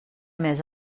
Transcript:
més